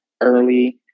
early